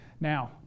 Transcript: Now